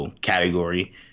category